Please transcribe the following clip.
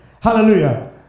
Hallelujah